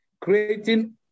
creating